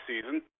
season